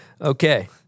Okay